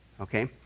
Okay